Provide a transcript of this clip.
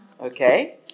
Okay